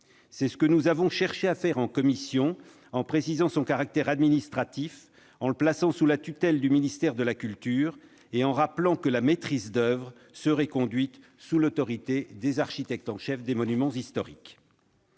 C'est ce que nous avons cherché à faire en commission, en précisant le caractère administratif de l'établissement, en le plaçant sous la tutelle du ministère de la culture et en rappelant que la maîtrise d'oeuvre serait conduite sous l'autorité des architectes en chef des monuments historiques.